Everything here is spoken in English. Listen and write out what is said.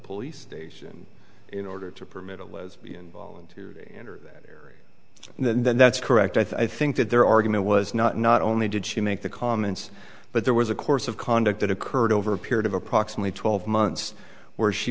police station in order to permit a lesbian volunteer to enter that area and then then that's correct i think that their argument was not not only did she make the comments but there was a course of conduct that occurred over a period of approximately twelve months where she